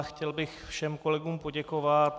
Chtěl bych všem kolegům poděkovat.